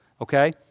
okay